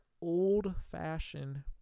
old-fashioned